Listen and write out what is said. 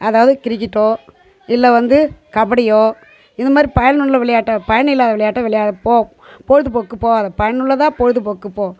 அதாவது கிரிக்கெட்டோ இல்லை வந்து கபடியோ இது மாதிரி பயனுள்ள விளையாட்டாக பயனில்லா விளையாட்டை விளையா போ பொழுதுபோக்குக்கு போகாத பயனுள்ளதா பொழுதுபோக்கு போ